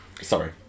Sorry